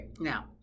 Now